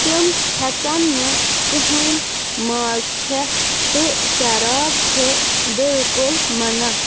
تِم ہیٚکَن نہٕ کٕہٕنۍ ماز کھیٚتھ تہٕ شراب چھُ بِلکل مَنَع